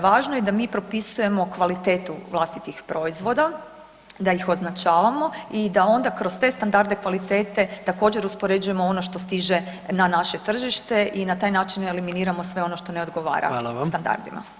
Važno je da mi propisujemo kvalitetu vlastitih proizvoda, da ih označavamo i da onda kroz te standarde kvalitete također uspoređujemo ono što stiže na naše tržište i na taj način eliminiramo sve ono što ne odgovara standardima.